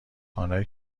آنهایی